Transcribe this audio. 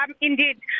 Indeed